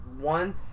one